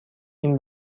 این